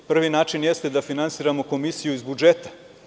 Prvi način jeste da finansiramo komisiju iz budžeta.